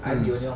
mm